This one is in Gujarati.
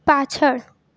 પાછળ